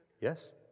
Yes